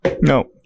no